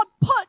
put